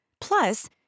Plus